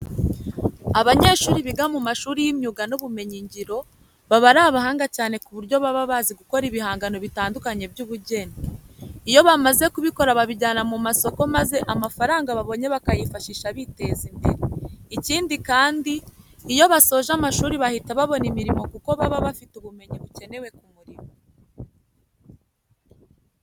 Abanyeshuri biga mu mashuri y'imyuga n'ubumenyingiro, baba ari abahanga cyane ku buryo baba bazi gukora ibihangano bitandukanye by'ubugeni. Iyo bamaze kubikora babijyana ku masoko maze amafaranga babonye bakayifashisha biteza imbere. Ikindi kandi, iyo basoje amashuri bahita babona imirimo kuko baba bafite ubumenyi bukenewe ku murimo.